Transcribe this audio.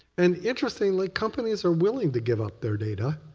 and interestingly, companies are willing to give up their data,